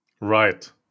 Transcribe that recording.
Right